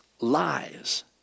lies